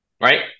Right